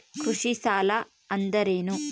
ಕೃಷಿ ಸಾಲ ಅಂದರೇನು?